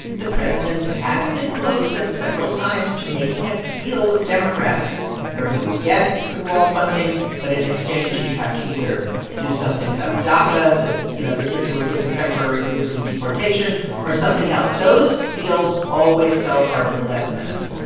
the president has been close at several times to making a deal with democrats where he would get the wall funding, but in exchange, he'd have to either do something about daca you know, the kids who are given temporary relief from deportation or something else. those deals always fell apart at the last minute.